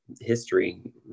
history